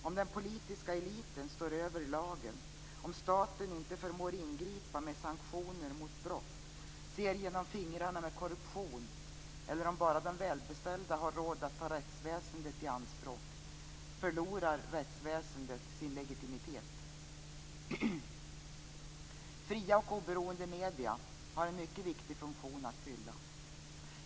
Om den politiska eliten står över lagen, om staten inte förmår ingripa med sanktioner mot brott, ser genom fingrarna med korruption eller om bara de välbeställda har råd att ta rättsväsendet i anspråk, förlorar rättsväsendet sin legitimitet. Fria och oberoende medier har en mycket viktig funktion att fylla.